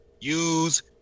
use